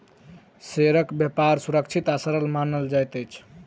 शेयरक व्यापार सुरक्षित आ सरल मानल जाइत अछि